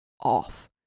off